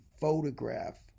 photograph